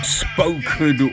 spoken